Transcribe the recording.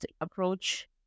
approach